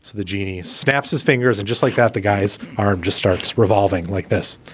the genie snaps his fingers. and just like that, the guys arm just starts revolving like this.